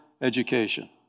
education